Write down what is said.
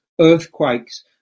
earthquakes